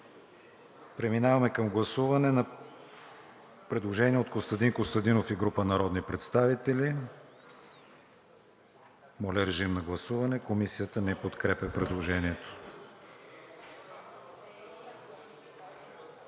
Преминаваме към гласуване на предложение от Костадин Костадинов и група народни представители. Комисията не подкрепя предложението.